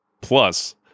Plus